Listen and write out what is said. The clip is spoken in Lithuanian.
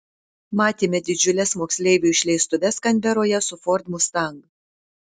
matėme didžiules moksleivių išleistuves kanberoje su ford mustang